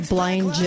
Blind